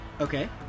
Okay